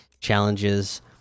challenges